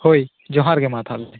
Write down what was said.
ᱦᱚᱣ ᱡᱚᱦᱟᱨ ᱜᱮ ᱢᱟ ᱛᱟᱦᱚᱞᱮ